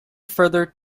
further